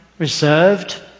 Reserved